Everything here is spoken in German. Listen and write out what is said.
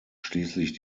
schließlich